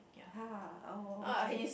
!ha! oh oh oh okay